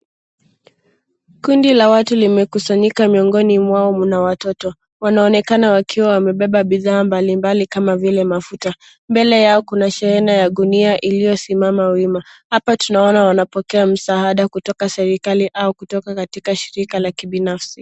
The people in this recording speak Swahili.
Kundi la watu limekusanyika. Miongoni mwao mna watoto wanaonekana wakiwa wamebeba bidhaa mbalimbali kama vile mafuta. Mbele yao kuna shehena ya gunia iliyosimama wima. Hapa tunaona wanapokea msaada kutoka serikali au kotoka katika shirika la kibnafsi.